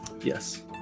yes